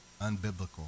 unbiblical